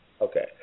Okay